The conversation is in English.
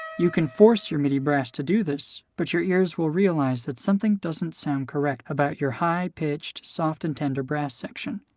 you can force your midi brass to do this, but your ears will realize that something doesn't sound correct about your high-pitched, soft, and tender brass section.